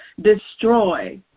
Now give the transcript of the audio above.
destroy